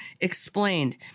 explained